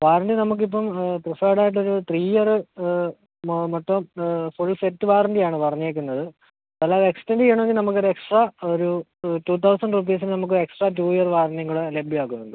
കാറിന് നമുക്ക് ഇപ്പം പ്രിഫേർഡ് ആയിട്ട് ഒരു ത്രീ ഇയർ മൊത്തം ഫുൾ സെറ്റ് വാറണ്ടി ആണ് പറഞ്ഞിരിക്കുന്നത് അല്ലാതെ എക്സ്റ്റെൻഡ് ചെയ്യണെങ്കിൽ നമുക്ക് അത് എക്സ്ട്രാ ഒരു ടു തൗസൻഡ് റുപ്പീസിന് നമുക്ക് എക്സ്ട്രാ ടു ഇയർ വാറണ്ടിയും കൂടെ ലഭ്യം ആക്കുന്നുണ്ട്